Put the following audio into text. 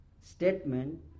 statement